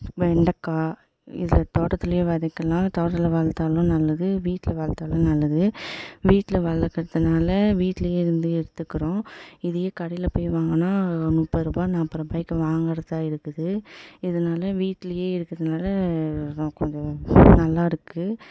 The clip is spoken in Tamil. வெண்டக்காய் இதில் தோட்டத்தில் விதைக்கலாம் தோட்டத்தில் வளர்த்தாலும் நல்லது வீட்டில் வளர்த்தாலும் நல்லது வீட்டில் வளர்க்கறதுனால வீட்டில் இருந்தே எடுத்துக்கிறோம் இதையே கடையில் போய் வாங்கினா முப்பதுருபா நாற்பதுருபாய்க்கி வாங்கிறதா இருக்குது இதனால வீட்லேயே இருக்கிறதுனால அது கொஞ்சம் நல்லாயிருக்கு